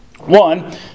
One